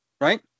right